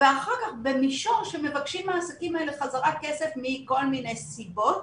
ואחר כך במישור שמבקשים מהעסקים האלה חזרה כסף מכל מיני סיבות,